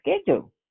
schedule